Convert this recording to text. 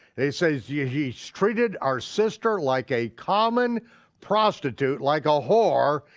they said he's yeah he's treated our sister like a common prostitute, like a whore,